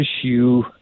issue